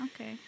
okay